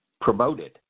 promoted